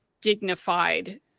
dignified